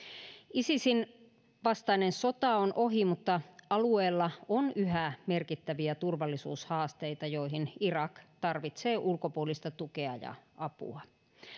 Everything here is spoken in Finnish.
isisin vastainen sota on ohi mutta alueella on yhä merkittäviä turvallisuushaasteita joihin irak tarvitsee ulkopuolista tukea ja apua